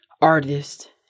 artist